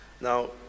now